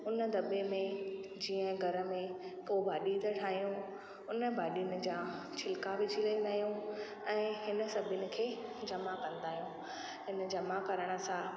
हुन दॿे में जीअं घर में को भाॼी था ठाहियूं हुन भाॼियुनि जा छिल्का विझी लाहींदा आहियूं ऐं हिन सभिनी खे जमा कंदा आहियूं हिन जमा करण सां